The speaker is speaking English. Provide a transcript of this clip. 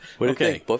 Okay